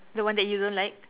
the one that you don't like